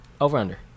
Over-under